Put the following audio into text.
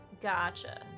Gotcha